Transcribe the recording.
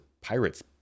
pirate's